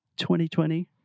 2020